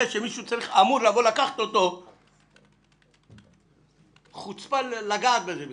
שמישהו אמור לבוא ולקחת אותו - זה חוצפה לגעת בזה בכלל.